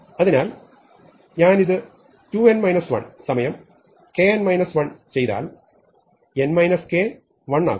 അതിനാൽ ഞാൻ ഇത് 2 n 1 സമയം k n 1 ചെയ്താൽ 1 ആകും